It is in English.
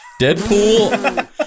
Deadpool